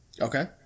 Okay